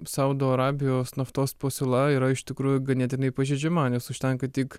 saudo arabijos naftos pasiūla yra iš tikrųjų ganėtinai pažeidžiama nes užtenka tik